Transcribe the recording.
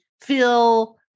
feel